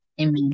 amen